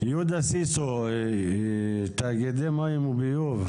יהודה סיסו, תאגידי מים וביוב.